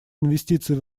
инвестиций